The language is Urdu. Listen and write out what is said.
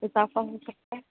حساب کا ہو سکتا ہے